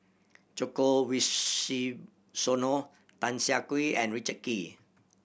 Djoko Wibisono Tan Siah Kwee and Richard Kee